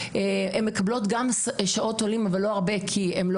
הן מקבלות גם שעות עולים אבל לא הרבה כי הן לא